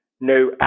no